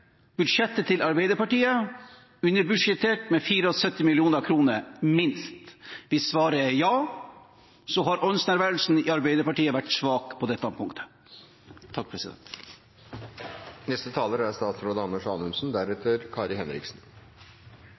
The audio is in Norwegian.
budsjettet til Arbeiderpartiet underbudsjettert med minst 74 mill. kr. Hvis svaret er ja, har åndsnærværelsen i Arbeiderpartiet vært svak på dette punktet. Det å sitere er